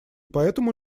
поэтому